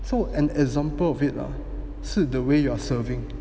so an example of it lah 是 the way you are serving